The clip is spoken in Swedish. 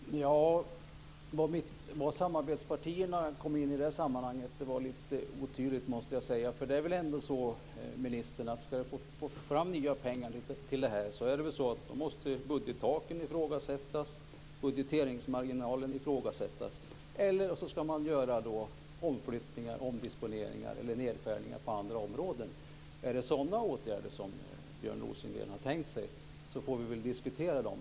Herr talman! Var samarbetspartierna kom in i det sammanhanget var lite otydligt, måste jag säga. Det är väl ändå så, ministern, att ska vi få fram nya pengar till detta måste budgettaken ifrågasättas och budgeteringsmarginalen ifrågasättas, eller så ska man göra omflyttningar, omdisponeringar eller nedskärningar på andra områden? Är det sådana åtgärder som Björn Rosengren har tänkt sig får vi väl diskutera dem.